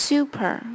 Super